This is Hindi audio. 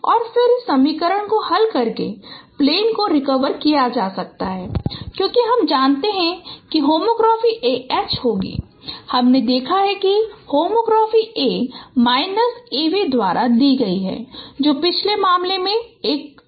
और फिर इस समीकरण को हल करके प्लेन को रिकवर किया जा सकता है क्योंकि हम जानते हैं कि होमोग्राफी ah होगी हमने देखा है कि homography A minus a v द्वारा दी गई है जो पिछले मामले में एक v ट्रांसपोज़ है